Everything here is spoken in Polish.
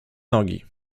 nogi